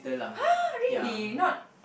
!huh! really not